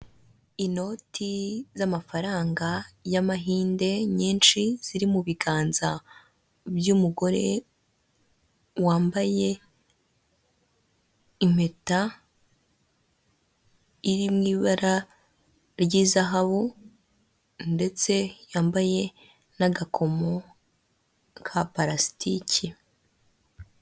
Inoti n'amafaranga y'amahinde nyinshi, ziri mu biganza by'umugore wambaye impeta iri mu ibara ry'izahabu ndetse yambaye n'agakomo ka parasitike.